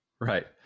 right